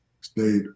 stayed